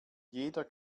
jeder